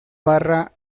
barra